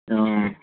অঁ